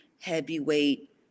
heavyweight